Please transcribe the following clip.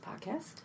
podcast